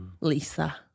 Lisa